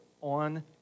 on